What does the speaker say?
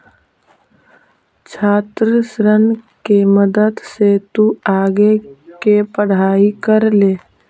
छात्र ऋण के मदद से तु आगे के पढ़ाई कर ले